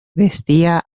vestía